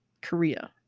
Korea